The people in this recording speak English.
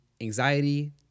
anxiety